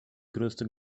größte